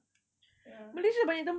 ya